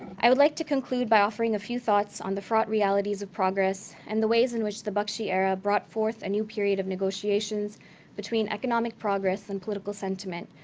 i would like to conclude by offering a few thoughts on the fraught realities of progress, and the ways in which the bakshi era brought forth a new period of negotiations between economic progress and the political sentiment,